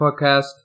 podcast